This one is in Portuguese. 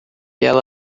ela